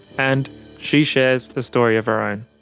and she shares a story of her own.